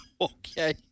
Okay